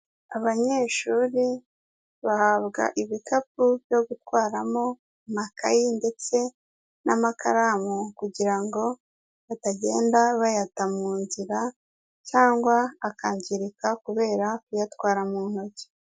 Abanyeshuri bahabwa ibikapu byo gutwaramo amakayi ndetse n'amakaramu kugira ngo batagenda bayata mu nzira cyangwa akangirika kubera kuyatwara mu ntoki.